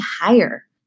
higher